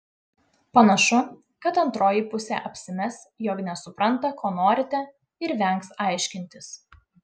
panašu kad antroji pusė apsimes jog nesupranta ko norite ir vengs aiškintis